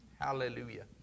Hallelujah